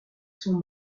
son